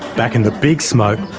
back in the big smoke,